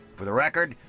for the record,